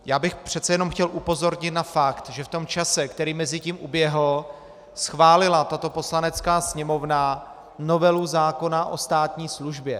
Já bych přece jenom chtěl upozornit na fakt, že v tom čase, který mezitím uběhl, schválila tato Poslanecká sněmovna novelu zákona o státní službě.